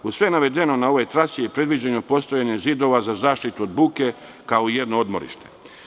Uz sve navedeno, na ovoj trasi je predviđeno postojanje zidova za zaštitu od buke kao jedno odmorište.